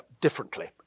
differently